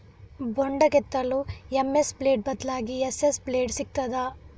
ಬೊಂಡ ಕೆತ್ತಲು MS blade ಬದ್ಲಾಗಿ ಎಸ್.ಎಸ್ ಬ್ಲೇಡ್ ಸಿಕ್ತಾದ?